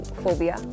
phobia